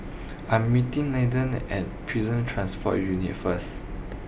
I am meeting Landen at Prison Transport Unit first